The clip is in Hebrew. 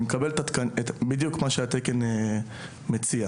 אני מקבל בדיוק מה שהתקן מציע,